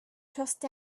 trust